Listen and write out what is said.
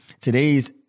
Today's